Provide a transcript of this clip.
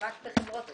בחברות חלץ?